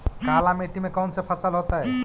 काला मिट्टी में कौन से फसल होतै?